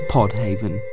Podhaven